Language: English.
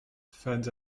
fed